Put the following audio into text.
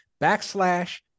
backslash